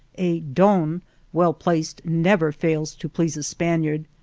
a don well placed never fails to please a spaniard,